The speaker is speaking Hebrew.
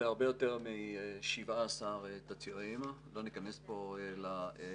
זה הרבה יותר מ-17 תצהירים - לא ניכנס פה למספר